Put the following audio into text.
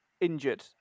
injured